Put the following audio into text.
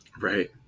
Right